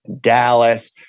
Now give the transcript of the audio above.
Dallas